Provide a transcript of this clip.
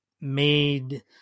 made